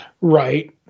Right